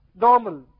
normal